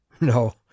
No